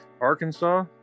Arkansas